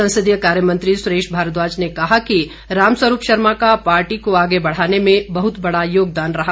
संसदीय कार्य मंत्री सुरेश भारद्वाज ने कहा कि रामस्वरूप शर्मा का पार्टी को आगे बढ़ाने में बहत बड़ा योगदान रहा